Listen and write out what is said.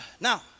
Now